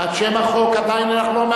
שם החוק נתקבל.